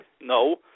No